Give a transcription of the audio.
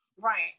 Right